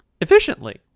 efficiently